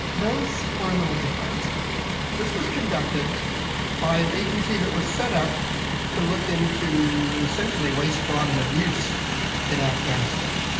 those were a little different this was conducted by an agency that was set up to look in to essentially waste, fraud and abuse in afghanistan.